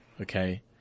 okay